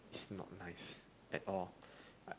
it's not nice at all